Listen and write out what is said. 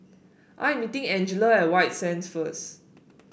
I am meeting Angela at White Sands first